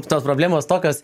tos problemos tokios